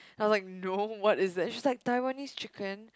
I was like no what is that she's like Taiwanese chicken